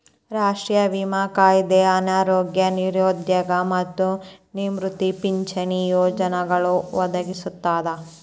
ರಾಷ್ಟ್ರೇಯ ವಿಮಾ ಕಾಯ್ದೆ ಅನಾರೋಗ್ಯ ನಿರುದ್ಯೋಗ ಮತ್ತ ನಿವೃತ್ತಿ ಪಿಂಚಣಿ ಪ್ರಯೋಜನಗಳನ್ನ ಒದಗಿಸ್ತದ